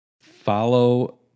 follow